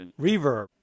Reverb